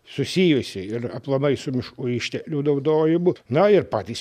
susijusi ir aplamai su miškų išteklių naudojimu na ir patys